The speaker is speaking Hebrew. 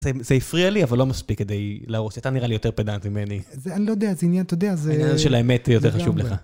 זה הפריע לי, אבל לא מספיק כדי להרוס, אתה נראה לי יותר פדאנטי ממני. זה, אני לא יודע, זה עניין, אתה יודע, זה... זה עניין של האמת היא יותר חשוב לך.